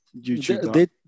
YouTube